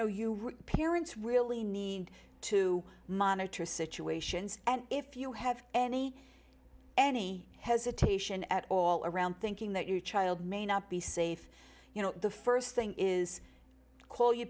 know you parents really need to monitor situations and if you have any any hesitation at all around thinking that your child may not be safe you know the st thing is call your